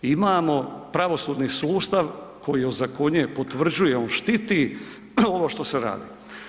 Imamo pravosudni sustav koji ozakonjuje, potvrđuje, on štititi ono što se radi.